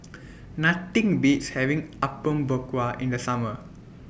Nothing Beats having Apom Berkuah in The Summer